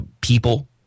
people